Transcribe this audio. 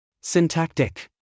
Syntactic